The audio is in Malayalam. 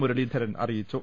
മുരളീധരൻ അറിയിച്ചു